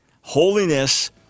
Holiness